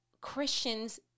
Christians